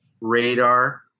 radar